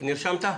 נרשמת?